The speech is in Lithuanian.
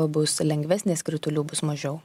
bus lengvesnės kritulių bus mažiau